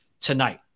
tonight